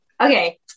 okay